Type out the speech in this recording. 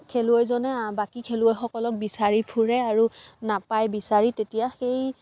খেলুৱৈজনে বাকী খেলুৱৈসকলক বিচাৰি ফুৰে আৰু নাপায় বিচাৰি তেতিয়া সেই